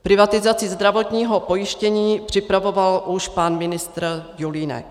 Privatizaci zdravotního pojištění připravoval už pan ministr Julínek.